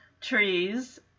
trees